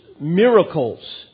Miracles